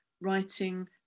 writing